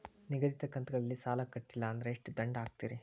ನಿಗದಿತ ಕಂತ್ ಗಳಲ್ಲಿ ಸಾಲ ಕಟ್ಲಿಲ್ಲ ಅಂದ್ರ ಎಷ್ಟ ದಂಡ ಹಾಕ್ತೇರಿ?